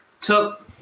took –